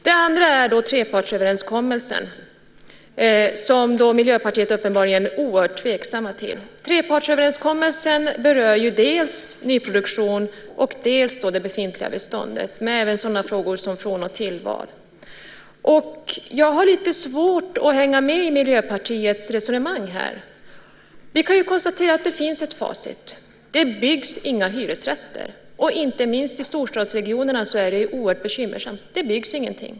Det andra är trepartsöverenskommelsen, som Miljöpartiet uppenbarligen är oerhört tveksamt till. Trepartsöverenskommelsen berör dels nyproduktion, dels det befintliga beståndet, men den berör även frågor som från och tillval. Jag har lite svårt att hänga med i Miljöpartiets resonemang här. Vi kan konstatera att det finns ett facit: Det byggs inga hyresrätter. Inte minst i storstadsregionerna är detta mycket bekymmersamt. Det byggs ingenting.